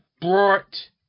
brought